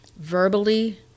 verbally